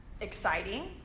Exciting